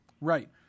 Right